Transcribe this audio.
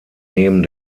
neben